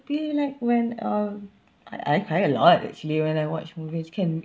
be like when um I I cry a lot actually when I watch movies can